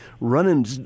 running